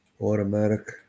Automatic